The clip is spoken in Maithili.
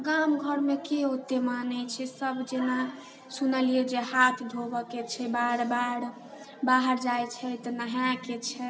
गाम घरमे के ओतेक मानैत छै सभ जेना सुनलियै जे हाथ धोबयके छै बार बार बाहर जाइत छै तऽ नहायके छै